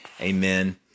Amen